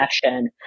fashion